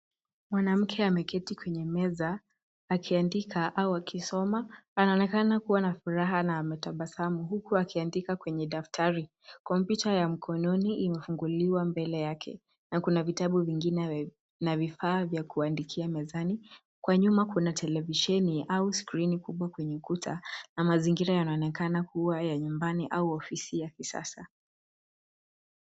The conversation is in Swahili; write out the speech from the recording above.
Mwanamke ameketi kwenye meza akiandika au akisoma, anaonenaka kuwa na furaha na ametabasamu huku akiandika kwenye daftari. Kompyuta ya mkononi imefunguliwa mbele yake na kuna vitabu vingine na vifaa vya kuandikia mezani. Kwa nyuma kuna televisheni au skrini kubwa kwenye ukuta na mazingira yanaonekana kuwa ya nyumbani au ofisi ya kisasa.